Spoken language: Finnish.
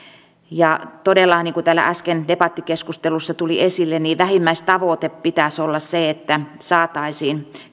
todella niin kuin täällä äsken debattikeskustelussa tuli esille vähimmäistavoitteen pitäisi olla se että saataisiin